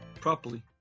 properly